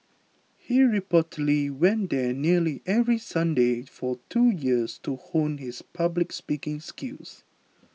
he reportedly went there nearly every Sunday for two years to hone his public speaking skills